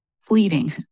fleeting